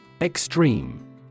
Extreme